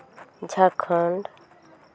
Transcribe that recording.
Jharkhand